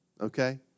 Okay